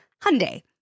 Hyundai